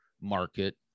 market